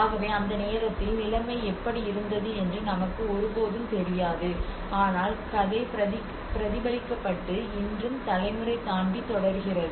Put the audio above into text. ஆகவே அந்த நேரத்தில் நிலைமை எப்படி இருந்தது என்று நமக்கு ஒருபோதும் தெரியாது ஆனால் கதை பிரதிபலிக்கப்பட்டு இன்றும் தலைமுறை தாண்டி தொடர்கிறது